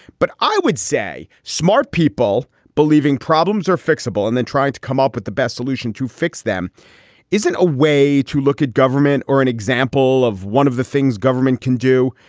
but i would say smart people believing problems are fixable and then trying to come up with the best solution to fix them isn't a way to look at government. or an example of one of the things government can do.